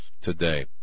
today